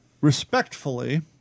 respectfully